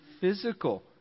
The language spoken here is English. physical